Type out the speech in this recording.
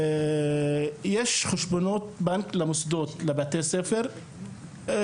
יש חשבונות בנק למוסדות כבר שנים.